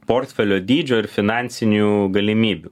portfelio dydžio ir finansinių galimybių